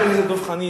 חבר הכנסת דב חנין,